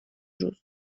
روز